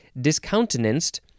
discountenanced